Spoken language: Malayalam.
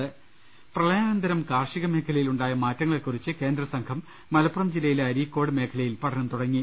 ്്്്്് പ്രളയാനന്തരം കാർഷികമേഖലയിലുണ്ടായ മാറ്റങ്ങളെകുറിച്ച് കേന്ദ്ര സംഘം മലപ്പുറം ജില്ലയിലെ അരീക്കോട് മേഖലയിൽ പഠനം തുടങ്ങി